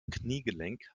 kniegelenk